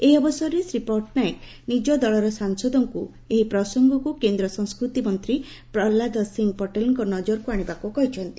ଏହି ଅବସରରେ ଶ୍ରୀ ପଟ୍ଟନାୟକ ନିଜ ଦଳର ସାଂସଦଙ୍କୁ ଏହି ପ୍ରସଙ୍ଗକୁ କେନ୍ଦ୍ର ସଂସ୍କୃତି ମନ୍ତ୍ରୀ ପ୍ରହଲ୍ଲାଦ ସିଂହ ପଟେଲଙ୍କ ନଜରକୁ ଆଶିବାକୁ କହିଛନ୍ତି